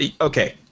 Okay